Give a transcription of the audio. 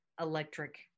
electric